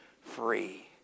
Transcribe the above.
free